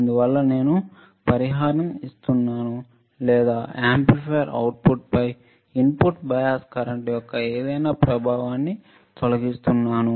అందువల్ల నేను పరిహారం ఇస్తున్నాను లేదా యాంప్లిఫైయర్ అవుట్పుట్ పై ఇన్పుట్ బయాస్ కరెంట్ యొక్క ఏదైనా ప్రభావాన్ని తొలగిస్తున్నాను